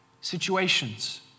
situations